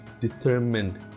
determined